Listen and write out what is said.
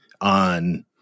on